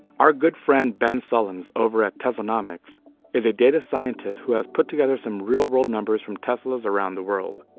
our good friend ben sullins over at teslanomics is a data scientist and has put together some real world numbers from tesla's around the world.